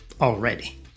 already